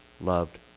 loved